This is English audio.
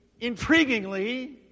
intriguingly